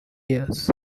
years